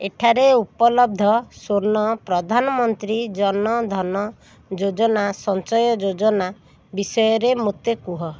ଏଠାରେ ଉପଲବ୍ଧ ସ୍ଵର୍ଣ୍ଣ ପ୍ରଧାନମନ୍ତ୍ରୀ ଜନ ଧନ ଯୋଜନା ସଞ୍ଚୟ ଯୋଜନା ବିଷୟରେ ମୋତେ କୁହ